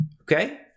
Okay